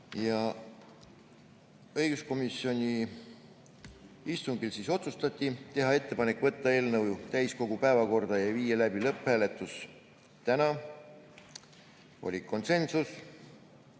Õiguskomisjoni istungil otsustati teha ettepanek võtta eelnõu täiskogu päevakorda ja viia läbi lõpphääletus täna – konsensus;